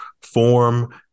form